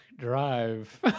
Drive